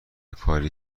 کاری